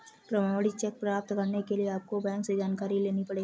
प्रमाणित चेक प्राप्त करने के लिए आपको बैंक से जानकारी लेनी पढ़ेगी